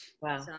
Wow